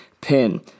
pin